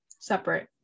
separate